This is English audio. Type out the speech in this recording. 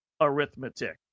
arithmetic